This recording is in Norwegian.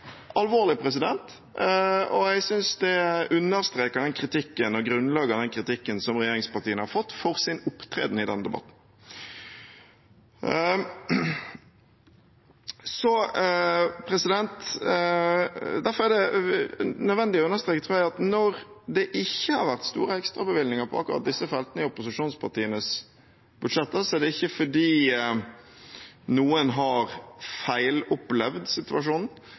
og jeg synes det understreker grunnlaget for den kritikken som regjeringspartiene har fått for sin opptreden i denne debatten. Derfor er det nødvendig å understreke, tror jeg, at når det ikke har vært store ekstrabevilgninger på akkurat disse feltene i opposisjonspartienes budsjetter, er det ikke fordi noen har «feilopplevd» situasjonen, men fordi noen har feilinformert om situasjonen.